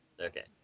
Okay